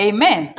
Amen